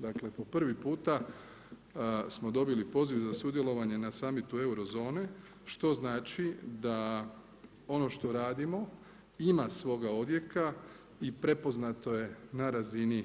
Dakle, po prvi puta smo dobili poziv za sudjelovanje na summitu eurozone što znači da ono što radimo ima svoga odjeka i prepoznato je na razini